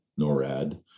NORAD